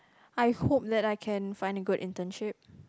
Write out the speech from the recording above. I hope that I can find a good internship